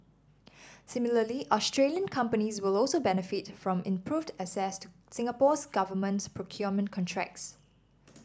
similarly Australian companies will also benefit from improved access to Singapore's government procurement contracts